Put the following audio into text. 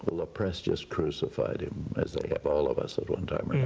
the press just crucified him, as they have all of us at one time or yeah